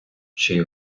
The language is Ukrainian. чий